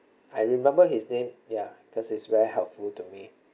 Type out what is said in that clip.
I remember his name ya cause he's very helpful to me